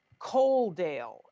Coaldale